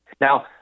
Now